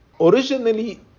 originally